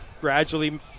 gradually